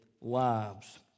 lives